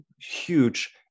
huge